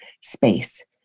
space